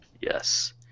Yes